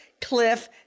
Cliff